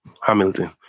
Hamilton